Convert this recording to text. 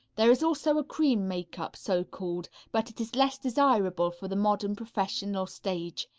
there is also a cream makeup, so called, but it is less desirable for the modern professional stage.